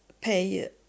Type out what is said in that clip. pay